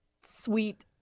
sweet